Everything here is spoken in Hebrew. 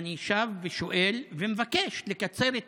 אני שב ושואל ומבקש לקצר את